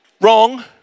wrong